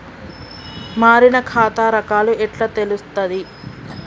మారిన ఖాతా రకాలు ఎట్లా తెలుత్తది?